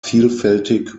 vielfältig